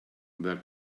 that